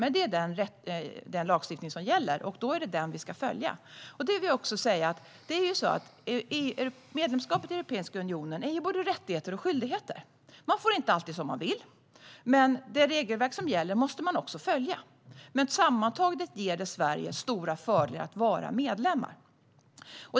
Men det är den lagstiftning som gäller, och då är det den som vi ska följa. Medlemskapet i Europeiska unionen innebär både rättigheter och skyldigheter. Man får inte alltid som man vill, men det regelverk som gäller måste man följa. Men sammantaget ger det Sverige stora fördelar att vara medlem.